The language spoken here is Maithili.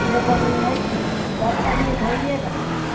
से पाबनि होइ छै सभ पाबनि तऽ होइए रहल छै